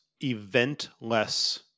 eventless